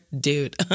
dude